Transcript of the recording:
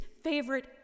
favorite